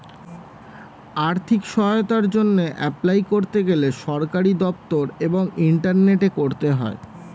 আর্থিক সহায়তার জন্যে এপলাই করতে গেলে সরকারি দপ্তর এবং ইন্টারনেটে করতে হয়